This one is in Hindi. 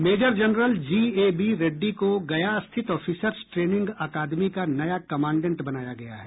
मेजर जनरल जीएबी रेड्डी को गया स्थित ऑफिसर्स ट्रेनिंग अकादमी का नया कमांडेंट बनाया गया है